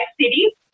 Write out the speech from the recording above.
city